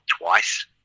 twice